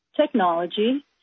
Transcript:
technology